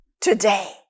today